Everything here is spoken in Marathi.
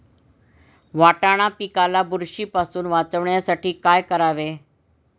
वाटाणा पिकाला बुरशीपासून वाचवण्यासाठी काय करावे?